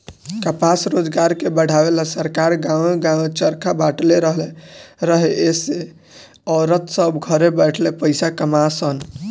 कपास रोजगार के बढ़ावे ला सरकार गांवे गांवे चरखा बटले रहे एसे औरत सभ घरे बैठले पईसा कमा सन